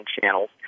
Channels